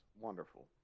wonderful